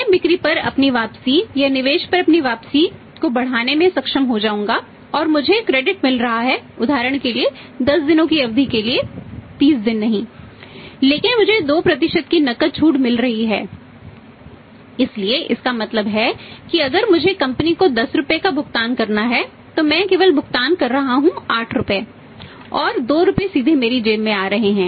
मैं बिक्री पर अपनी वापसी या निवेश पर अपनी वापसी को बढ़ाने में सक्षम हो जाऊंगा और मुझे क्रेडिट को 10 रुपये का भुगतान करना है तो मैं केवल भुगतान कर रहा हूं 8 रुपए और 2 रुपए सीधे मेरी जेब में आ रहे हैं